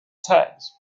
tags